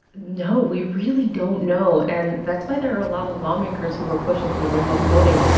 no, we really don't know. and that's why there are a lot of lawmakers who are pushing for remote voting.